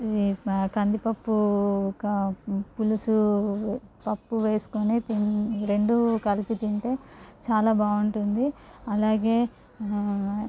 కంది పప్పు క పులుసు పప్పు వేసుకొని రెండు కలిపి తింటే చాలా బాగుంటుంది అలాగే